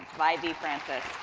ivy frances.